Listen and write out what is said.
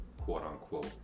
quote-unquote